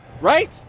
Right